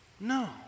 No